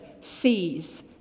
sees